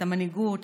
את המנהיגות,